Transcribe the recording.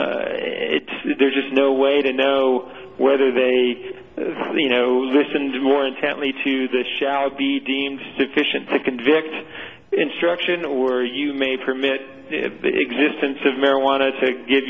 there's just no way to know whether they you know listened more intently to this shall be deemed sufficient to convict instruction or you may permit the existence of marijuana to give